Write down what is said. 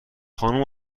خانوم